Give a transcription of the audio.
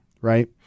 right